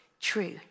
true